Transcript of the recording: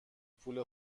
پول